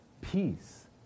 peace